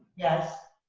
yes.